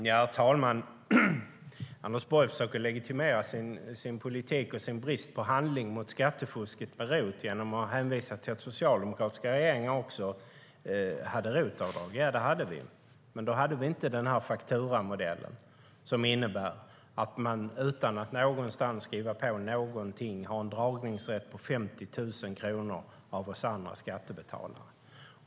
Herr talman! Anders Borg försöker legitimera sin politik och brist på åtgärder mot fusket med ROT genom att hänvisa till att ROT-avdrag fanns också under socialdemokratiska regeringar. Det gjorde det, men då hade vi inte den här fakturamodellen som innebär att man, utan att någonstans skriva på någonting, har rätt att dra av 50 000 kronor, vilket bekostas av oss andra skattebetalare.